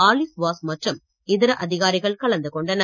Alice Vaz மற்றும் இதர அதிகாரிகள் கலந்துகொண்டனர்